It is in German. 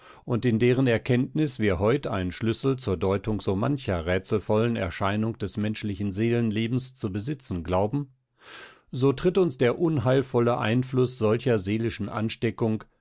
und in deren erkenntnis wir heut einen schlüssel zur deutung so mancher rätselvollen erscheinung des menschlichen seelenlebens zu besitzen glauben so tritt uns der unheilvolle einfluß solcher seelischen ansteckung